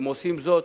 הם עושים זאת.